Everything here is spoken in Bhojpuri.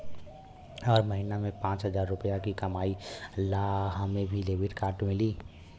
हम महीना में पाँच हजार रुपया ही कमाई ला हमे भी डेबिट कार्ड मिली?